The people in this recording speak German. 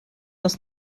das